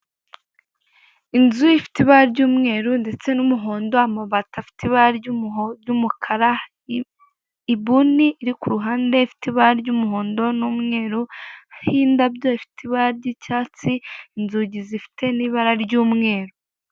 Inzu ifite ibara ry'umweru ndetse n'umuhondo, amabati afite ibara ry'umukara, ibuni iri kuruhande ifite ibara ry'umuhondo n'umweru, iriho indabyo ifite ibara ry'icyatsi, inzugi zifite n'ibara ry'umweru.